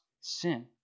sin